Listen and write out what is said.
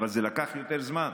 אבל זה לקח יותר זמן,